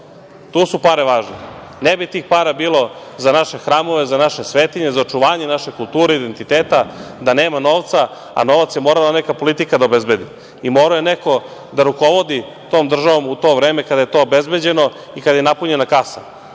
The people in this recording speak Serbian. Tu su pare važne. Ne bi tih para bilo za naše hramove, za naše svetinje, za očuvanje naše kulture i identiteta, da nema novca, a novac je morala neka politika da obezbedi. I morao je neko da rukovodi tom državom u to vreme kada je to obezbeđeno i kada je napunjena kasa.